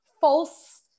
false